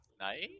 night